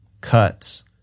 cuts